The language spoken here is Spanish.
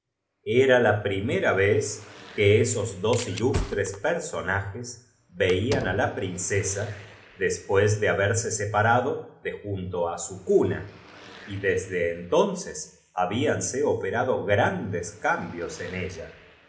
era la primera vez que esos dos bía producido el efecto enteramente conilustres personajes veían á la princesa trario en el corazón sensible de la herede después de haberse separado de junto á ra de la corona la cual no pudo menos su c una y desd entonces habíanse operado grandes cambios en ella